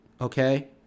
okay